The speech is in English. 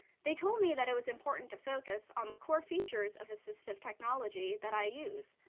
they told me that it was important to focus on the core features of assistive technology that i use,